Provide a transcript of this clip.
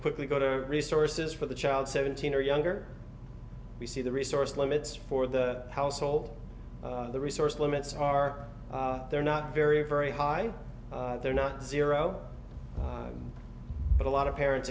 quickly go to resources for the child seventeen or younger we see the resource limits for the household the resource limits hard they're not very very high they're not zero but a lot of parents